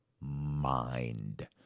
mind